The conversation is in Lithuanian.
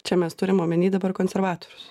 čia mes turim omeny dabar konservatorius